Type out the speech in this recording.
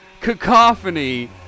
cacophony